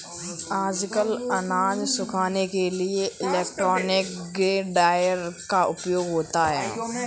आजकल अनाज सुखाने के लिए इलेक्ट्रॉनिक ग्रेन ड्रॉयर का उपयोग होता है